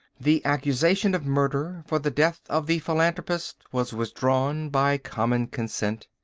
the accusation of murder for the death of the philanthropist was withdrawn by common consent.